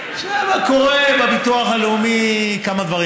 קורים בביטוח הלאומי כמה דברים.